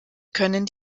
können